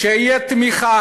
חברי חברי הכנסת,